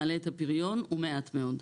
מעלה את הפריון הוא מעט מאוד.